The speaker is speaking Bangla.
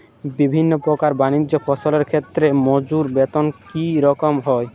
বিভিন্ন প্রকার বানিজ্য ফসলের ক্ষেত্রে মজুর বেতন কী রকম হয়?